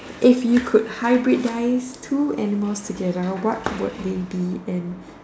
if you could hybridise two animals together what would they be and